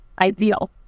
ideal